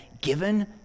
given